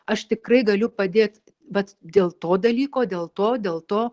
aš tikrai galiu padėt bet dėl to dalyko dėl to dėl to